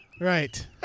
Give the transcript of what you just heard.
Right